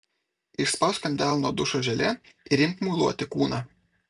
išspausk ant delno dušo želė ir imk muiluoti kūną